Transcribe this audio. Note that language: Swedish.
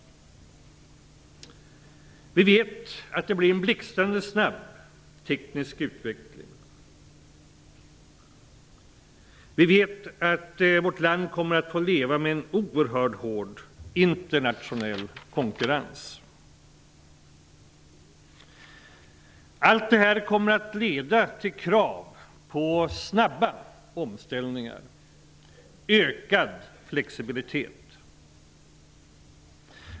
Vi vet att det kommer att bli en blixtrande snabb teknisk utveckling. Vi vet att vårt land kommer att få leva med en oerhörd internationell konkurrens. Allt detta kommer att leda till krav på snabba omställningar och ökad flexibilitet.